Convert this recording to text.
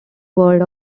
word